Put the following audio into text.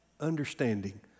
understanding